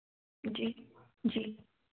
जी जी